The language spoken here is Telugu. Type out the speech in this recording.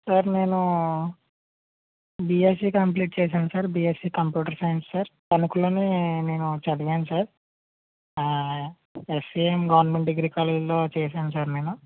సార్ నేను బీఎస్సి కంప్లీట్ చేశాను sir BSc computer science sir తణుకులోనే నేను చదివాను సార్ ఎస్వీఎం గవర్నమెంట్ డిగ్రీ కాలేజీలో చేశాను సార్ నేను